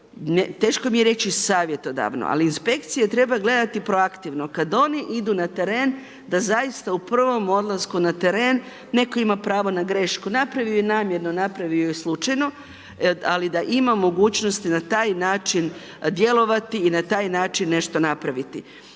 teško mi je reći savjetodavno, ali inspekcije treba gledati proaktivno, kada oni idu na teren, da zaista u prvom odlasku na teren, netko ima pravo na grešku, napravio ju je namjerno, napravio ju je slučajno. Ali da ima mogućnosti na taj način djelovati i na taj način nešto napraviti